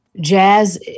jazz